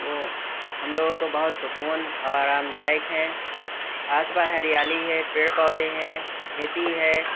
وہ ہم لوگوں کو بہت سکون اور آرام دایک ہے آس پاس ہریالی ہے پیڑ پودے ہیں کھیتی ہے